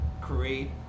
create